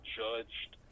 judged